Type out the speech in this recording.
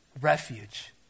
refuge